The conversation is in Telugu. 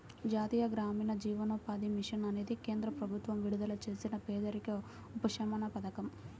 జాతీయ గ్రామీణ జీవనోపాధి మిషన్ అనేది కేంద్ర ప్రభుత్వం విడుదల చేసిన పేదరిక ఉపశమన పథకం